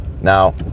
Now